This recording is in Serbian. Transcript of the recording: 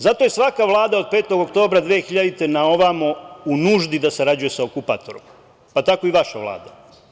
Zato je svaka vlada od 5. oktobra 2000. godine na ovamo u nuždi da sarađuje sa okupatorom, pa tako i vaša Vlada.